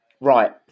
Right